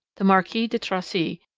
the marquis de tracy,